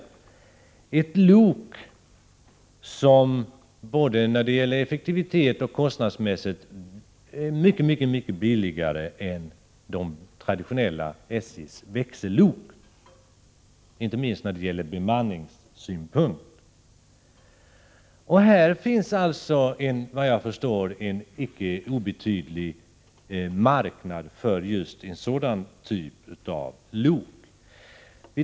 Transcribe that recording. Det är ett lok som både kostnadsmässigt och när det gäller effektivitet är mycket förmånligare än SJ:s traditionella växellok — inte minst ur bemanningssynpunkt. Här finns alltså, såvitt jag förstår, en icke obetydlig marknad för just en sådan typ av lok.